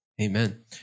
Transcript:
Amen